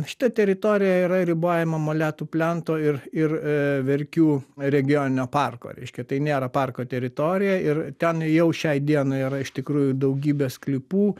šita teritorija yra ribojama moletų plento ir ir verkių regioninio parko reiškia tai nėra parko teritorija ir ten jau šiai dienai yra iš tikrųjų daugybė sklypų